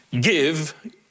give